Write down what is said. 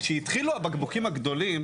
כשהתחילו הבקבוקים הגדולים,